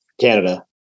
Canada